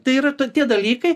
tai yra tokie dalykai